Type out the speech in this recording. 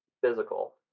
physical